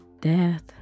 death